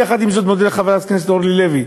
יחד עם זאת אני מודה לחברת הכנסת אורלי לוי,